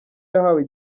yahawe